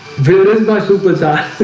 with my super size